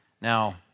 Now